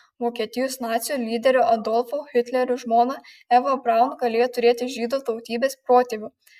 vokietijos nacių lyderio adolfo hitlerio žmona eva braun galėjo turėti žydų tautybės protėvių